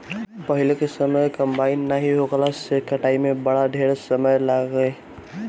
पहिले के समय कंबाइन नाइ होखला से कटनी में बड़ा ढेर समय लागे